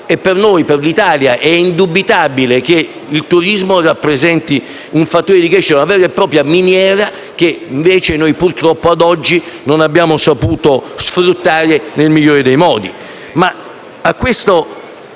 Per noi, per l'Italia, è indubitabile che il turismo rappresenti un fattore di crescita e una vera e propria miniera, che invece purtroppo ad oggi non abbiamo saputo sfruttare nel migliore dei modi.